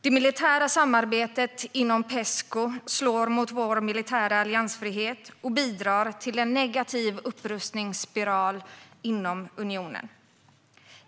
Det militära samarbetet inom Pesco slår mot vår militära alliansfrihet och bidrar till en negativ upprustningsspiral inom unionen.